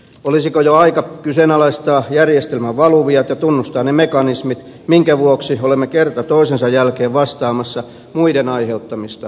olisiko jo aika kyseenalaistaa järjestelmän valuviat ja tunnustaa ne mekanismit minkä vuoksi olemme kerta toisensa jälkeen vastaamassa muiden aiheuttamista ongelmista